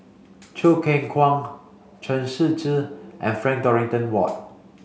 Choo Keng Kwang Chen Shiji and Frank Dorrington Ward